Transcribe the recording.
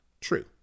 true